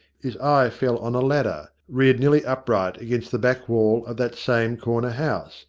his eye fell on a ladder, reared nearly upright against the back wall of that same corner house,